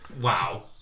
Wow